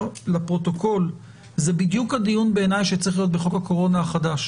לפרוטוקול שזה בדיוק הדיון בעיניי שצריך להיות בחוק הקורונה החדש